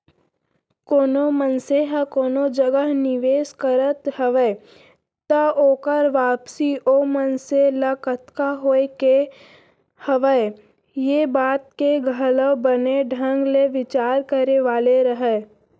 कोनो मनसे ह कोनो जगह निवेस करत हवय त ओकर वापसी ओ मनसे ल कतका होय के हवय ये बात के घलौ बने ढंग ले बिचार करे वाले हरय